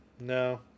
No